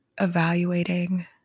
evaluating